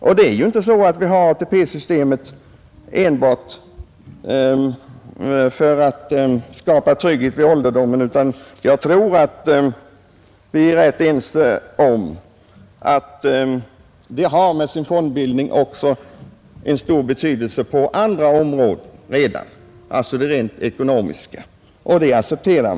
Det är ju heller inte så att vi har ATP-systemet enbart för att skapa trygghet under ålderdomen utan jag tror att vi är rätt ense om att det med sin fondbildning också har en stor betydelse på andra områden, alltså rent ekonomiska. Det är något som man också accepterar.